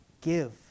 Give